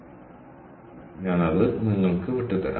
അതിനാൽ ഞാൻ അത് നിങ്ങൾക്ക് വിട്ടുതരാം